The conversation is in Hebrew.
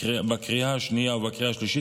בקריאה השנייה ובקריאה השלישית,